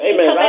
Amen